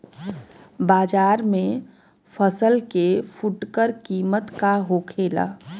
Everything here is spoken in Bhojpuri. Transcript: बाजार में फसल के फुटकर कीमत का होखेला?